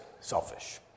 selfish